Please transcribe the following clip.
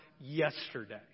yesterday